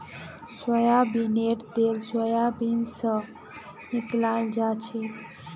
सोयाबीनेर तेल सोयाबीन स निकलाल जाछेक